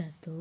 जातो